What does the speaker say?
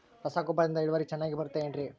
ರಸಗೊಬ್ಬರದಿಂದ ಇಳುವರಿ ಚೆನ್ನಾಗಿ ಬರುತ್ತೆ ಏನ್ರಿ?